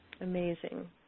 Amazing